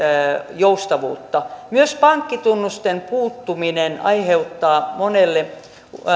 joustavuutta myös pankkitunnusten puuttuminen aiheuttaa monelle